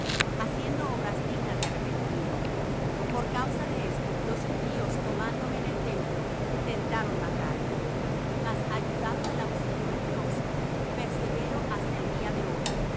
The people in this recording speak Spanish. haciendo obras dignas de arrepentimiento por causa de esto los judíos tomándome en el templo tentaron matarme mas ayudado del auxilio de dios persevero hasta el día de hoy